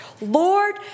Lord